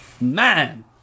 man